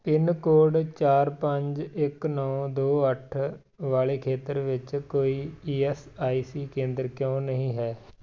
pin code ਚਾਰ ਪੰਜ ਇੱਕ ਨੌਂ ਦੋ ਅੱਠ ਵਾਲੇ ਖੇਤਰ ਵਿੱਚ ਕੋਈ ਈ ਐਸ ਆਈ ਸੀ ਕੇਂਦਰ ਕਿਉਂ ਨਹੀਂ ਹੈ